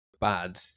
bad